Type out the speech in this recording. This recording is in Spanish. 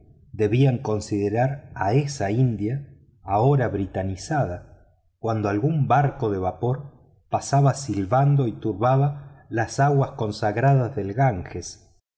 debían considerar a esa india ahora britanizada cuando algún barco de vapor pasaba silbando y turbaba las aguas consagradas del ganges